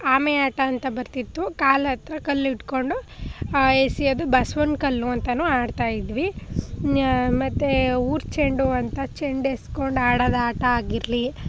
ಆಮೆ ಆಟ ಅಂತ ಬರ್ತಿತ್ತು ಕಾಲ ಹತ್ರ ಕಲ್ಲು ಇಡ್ಕೊಂಡು ಎಸೆಯೋದು ಬಸ್ವನ್ ಕಲ್ಲು ಅಂತಲೂ ಆಡ್ತಾಯಿದ್ವಿ ಮತ್ತೆ ಊರು ಚೆಂಡು ಅಂತ ಚೆಂಡು ಎಸ್ಕೊಂಡು ಆಡೋದು ಆಟ ಆಗಿರಲಿ